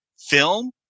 film